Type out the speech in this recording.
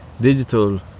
digital